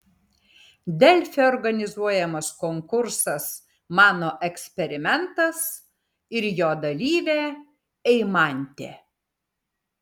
delfi organizuojamas konkursas mano eksperimentas ir jo dalyvė eimantė